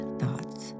thoughts